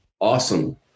awesome